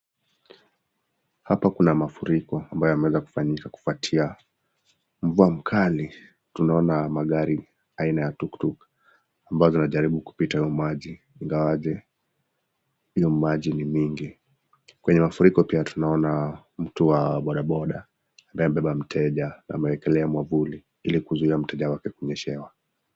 Hapa kuna mafuriko ambayo yameweza kufanyika kufuatia mvua kali. Tunaona magari aina ya Tuktuk ambazo zinajaribu kupita maji ingawaje hio maji ni mingi. Kwenye mafuriko pia tunaona mtu wa bodaboda ambayo amebeba mteja amewekelea mwavuli ili kuzuia mteja wake kunyeshewa.